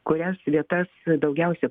kurias vietas daugiausia